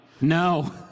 No